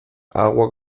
agua